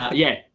ah yeah,